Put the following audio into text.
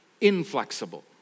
inflexible